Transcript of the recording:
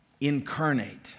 incarnate